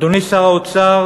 אדוני שר האוצר,